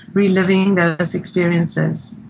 reliving those experiences,